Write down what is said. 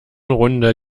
runde